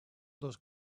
those